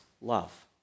love